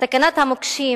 סכנת המוקשים